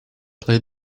play